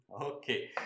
okay